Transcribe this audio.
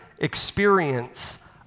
experience